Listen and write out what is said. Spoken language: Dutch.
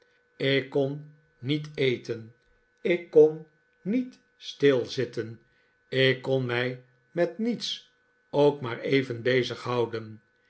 ik kon niet eten ik kon niet stilzitten ik kon mij met niets ook maar even